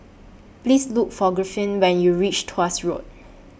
Please Look For Griffith when YOU REACH Tuas Road